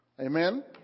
amen